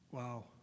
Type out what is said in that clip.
Wow